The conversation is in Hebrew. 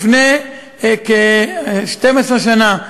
לפני כ-12 שנה,